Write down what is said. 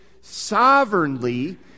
sovereignly